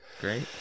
great